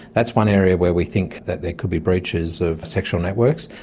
that's one area where we think that there could be breaches of sexual networks.